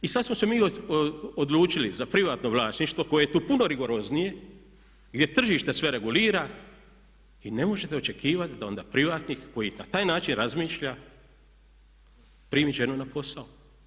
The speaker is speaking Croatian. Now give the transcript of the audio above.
I sad smo se mi odlučili za privatno vlasništvo koje je tu puno rigoroznije gdje tržište sve regulira i ne možete očekivati da onda privatnik koji na taj način razmišlja primi ženu na posao.